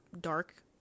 dark